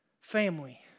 family